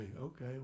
okay